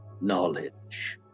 knowledge